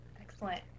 Excellent